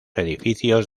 edificios